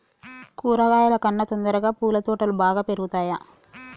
కూరగాయల కన్నా తొందరగా పూల తోటలు బాగా పెరుగుతయా?